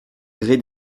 gré